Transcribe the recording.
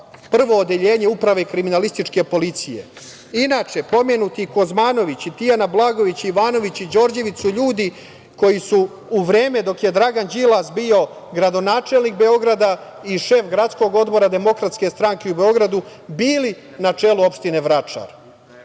Prvo odeljenje Uprave kriminalističke policije. Inače, pomenuti Kuzmanović, Tijana Blagojević, Ivanović i Đorđević su ljudi koji su, u vreme dok je Dragan Đilas bio gradonačelnik Beograda i šef Gradskog odbora DS u Beogradu, bili na čelu opštine Vračar.